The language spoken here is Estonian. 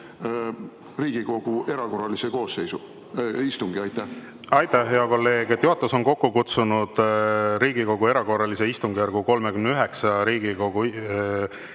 Riigikogu erakorralise istungi? Aitäh, hea kolleeg! Juhatus on kokku kutsunud Riigikogu erakorralise istungjärgu 39 Riigikogu